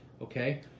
okay